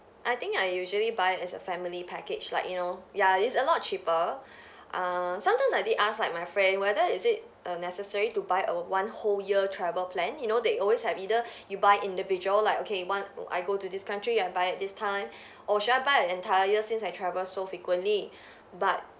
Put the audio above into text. I think I usually buy as a family package like you know yeah is a lot cheaper err sometimes I did ask like my friend whether is it err necessary to buy a one whole year travel plan you know they always have either you buy individual like okay want~ I go to this country I buy at this time or should I buy an entire year since I travel so frequently